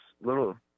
little